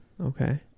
okay